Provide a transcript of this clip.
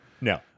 no